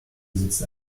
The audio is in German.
besitzt